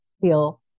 feel